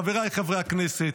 חבריי חברי הכנסת,